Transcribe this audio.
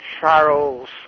Charles